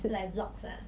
like vlogs ah